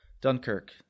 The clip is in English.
Dunkirk